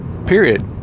Period